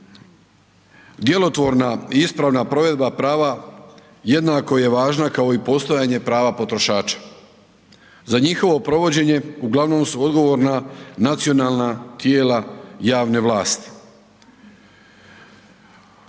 Djelotvorna i ispravna provedba prava jednako je važna kao i postojanje prava potrošača. Za njihovo provođenje uglavnom su odgovorna nacionalna tijela javne vlasti.